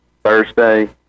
Thursday